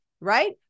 right